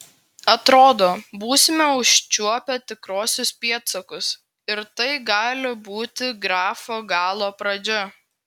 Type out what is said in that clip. atrodo būsime užčiuopę tikruosius pėdsakus ir tai gali būti grafo galo pradžia